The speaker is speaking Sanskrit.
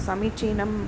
समीचीनम्